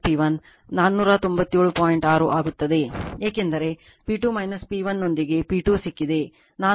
6 ಆಗುತ್ತದೆ ಏಕೆಂದರೆ P 2 P 1 ನೊಂದಿಗೆ P 2 ಸಿಕ್ಕಿದೆ ನಾನು ನೇರವಾಗಿ 1497